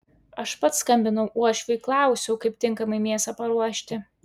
aš pats skambinau uošviui klausiau kaip tinkamai mėsą paruošti